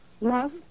love